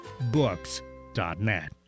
books.net